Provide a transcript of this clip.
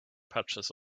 patches